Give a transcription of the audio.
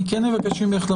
אבקש ממך לומר,